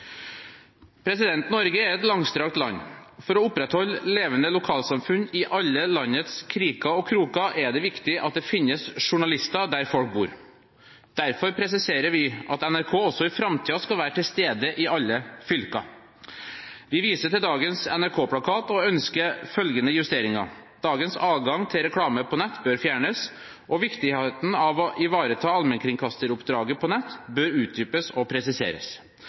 Norge er et langstrakt land. For å opprettholde levende lokalsamfunn i alle landets kriker og kroker er det viktig at det finnes journalister der folk bor. Derfor presiserer komiteens flertall at NRK også i framtiden skal være til stede i alle fylker. Vi viser til dagens NRK-plakat og ønsker følgende justeringer: «Dagens adgang til reklame på nett bør fjernes, og viktigheten av å ivareta allmennkringkasteroppdraget på nett bør utdypes og presiseres.